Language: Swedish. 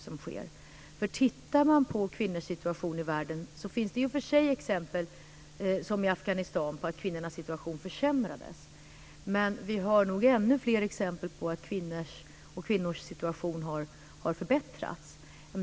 Ser man kvinnors situation i världen finns det exempel på att kvinnornas situation försämrades - t.ex. i Afghanistan - men det finns nog ännu fler exempel på att kvinnors situation har förbättrats.